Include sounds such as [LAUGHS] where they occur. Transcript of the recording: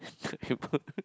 terrible [LAUGHS]